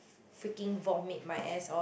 freaking vomit my ass off